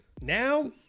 now